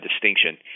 distinction